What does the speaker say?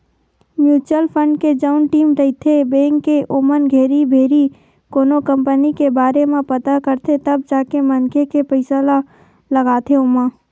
mutual fund के जउन team रहिथे बेंक के ओमन घेरी भेरी कोनो कंपनी के बारे म पता करथे तब जाके मनखे के पइसा ल लगाथे ओमा